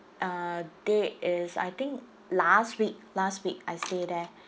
uh date is I think last week last week I stay there